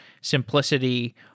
simplicity